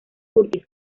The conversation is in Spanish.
curtis